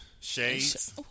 Shades